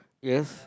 yes